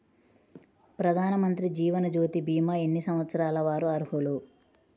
ప్రధానమంత్రి జీవనజ్యోతి భీమా ఎన్ని సంవత్సరాల వారు అర్హులు?